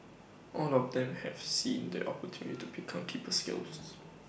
all of them have seen the opportunity to pick up deeper skills